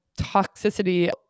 toxicity